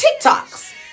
tiktoks